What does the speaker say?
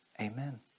Amen